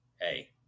Hey